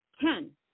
Ten